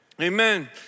Amen